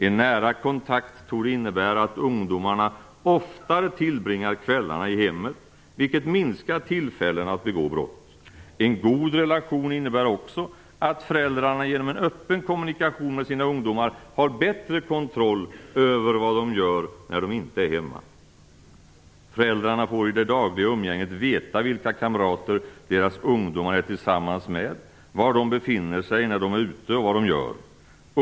En nära kontakt torde innebära att ungdomarna oftare tillbringar kvällarna i hemmet, vilket minskar tillfällena att begå brott. En god relation innebär också att föräldrarna genom en öppen kommunikation med sina ungdomar har bättre kontroll över vad de gör när de inte är hemma. Föräldrarna får i det dagliga umgänget veta vilka kamrater deras ungdomar är tillsammans med, var de befinner sig när de är ute och vad de gör.